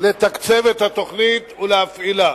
לתקצב את התוכנית ולהפעילה,